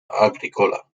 agrícola